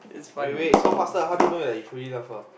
wait wait so faster how do you know that you truly love her